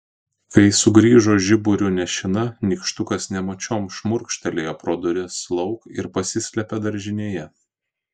kai sugrįžo žiburiu nešina nykštukas nemačiom šmurkštelėjo pro duris lauk ir pasislėpė daržinėje